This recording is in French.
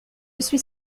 suis